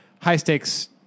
high-stakes